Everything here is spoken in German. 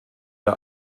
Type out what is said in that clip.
der